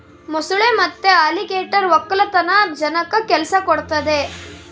ಮೊಸಳೆ ಮತ್ತೆ ಅಲಿಗೇಟರ್ ವಕ್ಕಲತನ ಜನಕ್ಕ ಕೆಲ್ಸ ಕೊಡ್ತದೆ